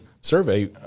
survey